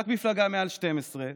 רק במפלגה מעל 12,